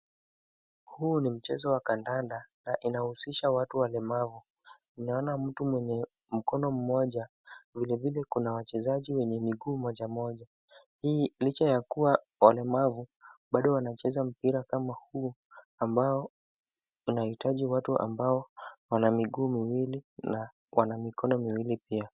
Huu ni mchezo wa kandanda na unahusisha watu walemavu. Nimeona mtu mwenye mkono mmoja vilevile kuna wachezaji wenye miguu mojamoja. Licha yakuwa walemavu bado wanacheza mpira kama huu ambao unahitaji watu ambao wana miguu miwili na wana mikono miwili pia.